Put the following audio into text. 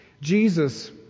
Jesus